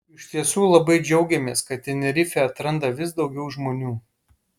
iš tiesų labai džiaugiamės kad tenerifę atranda vis daugiau žmonių